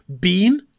Bean